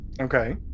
okay